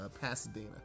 Pasadena